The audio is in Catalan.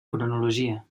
cronologia